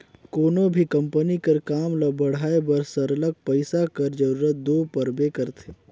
कोनो भी कंपनी कर काम ल बढ़ाए बर सरलग पइसा कर जरूरत दो परबे करथे